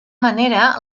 manera